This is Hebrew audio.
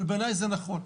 אבל בעיניי זה נכון.